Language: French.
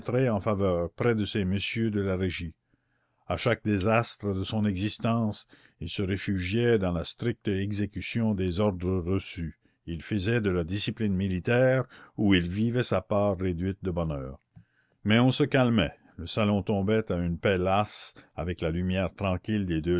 en faveur près de ces messieurs de la régie a chaque désastre de son existence il se réfugiait dans la stricte exécution des ordres reçus il faisait de la discipline militaire où il vivait sa part réduite de bonheur mais on se calmait le salon tombait à une paix lasse avec la lumière tranquille